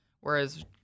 Whereas